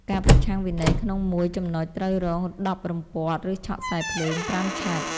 ការប្រឆាំងវិន័យក្នុងមួយចំណុច ត្រូវរង ១០ រំពាត់ ឬឆក់ខ្សែរភ្លើង ៥ ឆាច់ ។